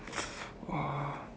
!wah!